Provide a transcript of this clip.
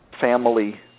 family